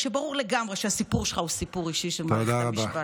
כשברור לגמרי שהסיפור שלך הוא סיפור אישי של מערכת המשפט.